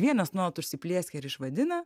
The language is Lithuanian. vienas nuolat užsiplieskia ir išvadina